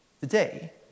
Today